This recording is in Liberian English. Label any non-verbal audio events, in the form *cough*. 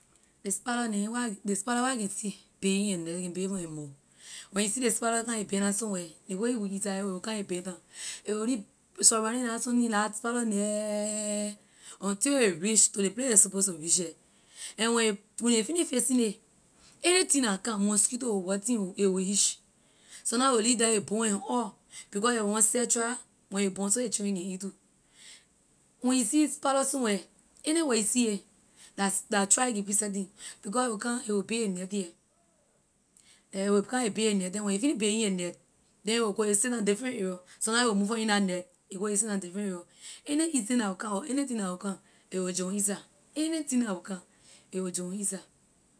Ley spider neh where I can ley spider where I can see building a net a can build it from a mouth when you see ley spider come a bend down somewhere ley way *unintelligible* a will come a bend down a will lee surrounding la sunni la spider net until a reach to ley place a suppose to reach air and when a when a finish fixing it anything la come mosquito ho wetin ho a will hitch sometime a will lee the a born and all because ley set trap when a born so a children can eat too. when you see spider somewhere, anywhere you see a la la trap a can be setting because a will come a will build a net here and a will come a build a net here when a finish building a net then a will go a sit down different area sometime a will move from in la net a go a sit down different area any eating la will come or anything la will come a will join inside anything la will come a will join inside